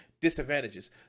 disadvantages